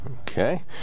Okay